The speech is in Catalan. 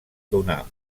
donar